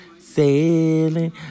sailing